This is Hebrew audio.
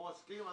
הוא מסכים.